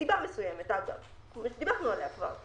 מסיבה מסוימת, אגב, שדיברנו עליה כבר.